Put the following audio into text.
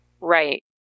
Right